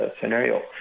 scenario